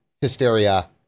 hysteria